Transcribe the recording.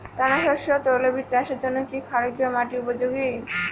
দানাশস্য ও তৈলবীজ চাষের জন্য কি ক্ষারকীয় মাটি উপযোগী?